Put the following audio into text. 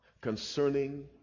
concerning